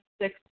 six